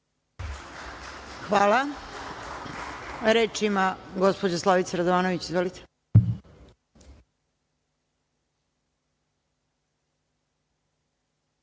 Hvala. Reč ima gospođa Slavica Radovanović.